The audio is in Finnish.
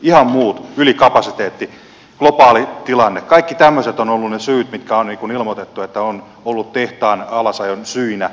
ihan muut ylikapasiteetti globaali tilanne kaikki tämmöiset ovat olleet ne syyt mitkä on ilmoitettu olleen tehtaan alasajon syinä